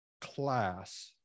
class